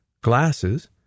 glasses